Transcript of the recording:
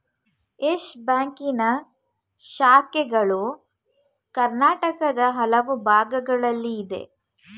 Yes ಬ್ಯಾಂಕಿನ ಶಾಖೆಗಳು ಕರ್ನಾಟಕದ ಹಲವು ಭಾಗಗಳಲ್ಲಿ ಇದೆ